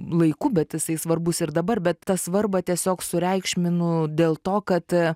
laiku bet jisai svarbus ir dabar bet tą svarbą tiesiog sureikšminu dėl to kad